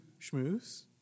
schmooze